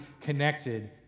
connected